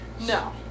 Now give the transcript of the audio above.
no